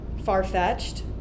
far-fetched